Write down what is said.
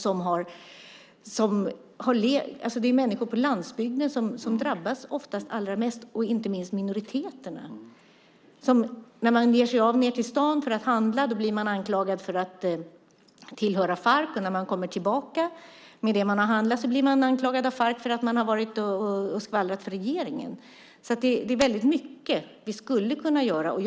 Det är oftast människor på landsbygden som drabbas mest, inte minst minoriteterna. När man ger sig av ned på stan för att handla blir man anklagad för att tillhöra Farc, och när man kommer tillbaka med det man har handlat blir man anklagad av Farc för att man har varit och skvallrat för regeringen. Vi skulle kunna göra mycket.